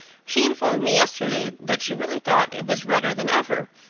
she informed me yesterday that she really thought it was redder than ever,